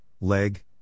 Leg